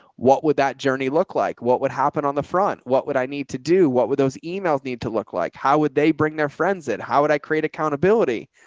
what would that journey look like? what would happen on the front? what would i need to do? what would those emails need to look like? how would they bring their friends at how would i create accountability?